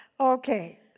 Okay